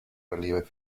relieves